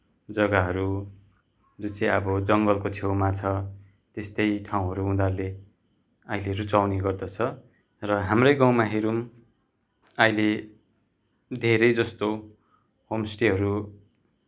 जग्गाहरू जुन चाहिँ अब जङ्गलको छेउमा छ त्यस्तै ठाउँहरू उनीहरूले अहिले रुचाउने गर्दछ र हाम्रै गाउँमा हेरौँ अहिले धेरै जस्तो होमस्टेहरू